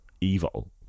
evil